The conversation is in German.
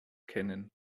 kennen